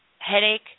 headache